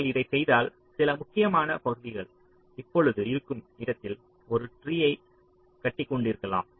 நாங்கள் இதைச் செய்தால் சில முக்கியமான பகுதிகள் இப்பொழுது இருக்கும் இடத்தில் ஒரு ட்ரீயை கட்டிக்கொண்டிருக்கலாம்